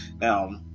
Now